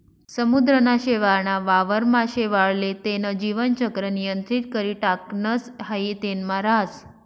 समुद्रना शेवाळ ना वावर मा शेवाळ ले तेन जीवन चक्र नियंत्रित करी टाकणस हाई तेनमा राहस